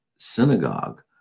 synagogue